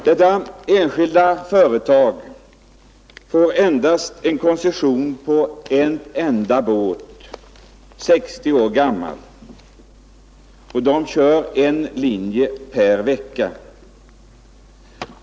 Detta enskilda företag får koncession endast på en enda båt, 60 år gammal, som kör en tur per vecka.